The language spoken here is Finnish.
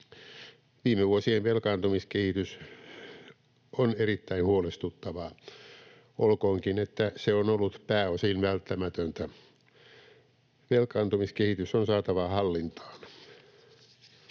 Viime vuosien velkaantumiskehitys on erittäin huolestuttavaa — olkoonkin, että se on ollut pääosin välttämätöntä. Velkaantumiskehitys on saatava hallintaan.